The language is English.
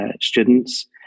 students